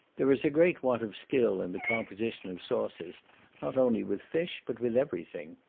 there is a great want of skill in the composition of sauces not only with fish, but with every thing.